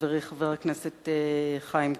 חברי חבר הכנסת חיים כץ.